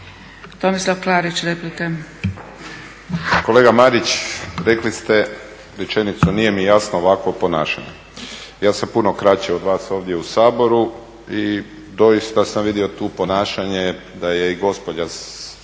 Tomislav (HDZ)** Kolega Marić, rekli ste rečenicu nije mi jasno ovakvo ponašanje. Ja sam puno kraće od vas ovdje u Saboru i doista sam vidio tu ponašanje da je i gospođa